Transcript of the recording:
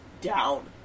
down